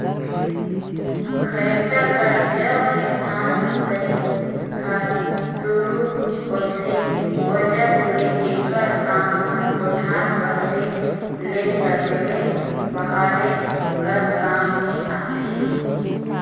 खरेटा कर जब ले धान मसई हर सुरू होथे ओजग ले एकर काम हर कोठार बाहिरे ले सकेले बहारे कर काम मे आथे